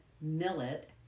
millet